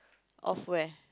of where